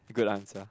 good answer